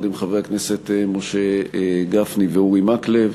עם חברי הכנסת משה גפני ואורי מקלב,